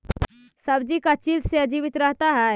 सब्जी का चीज से जीवित रहता है?